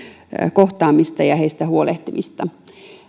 kohtaamista ja heistä huolehtimista